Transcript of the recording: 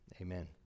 amen